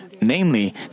Namely